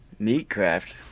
Meatcraft